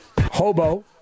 Hobo